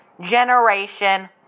generation